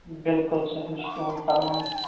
بِلکُل صحیح چھُ تُہند فرماوُن